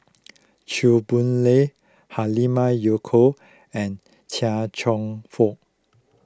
Chew Boon Lay Halimah Yacob and Chia Cheong Fook